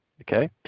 okay